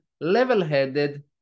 level-headed